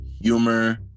Humor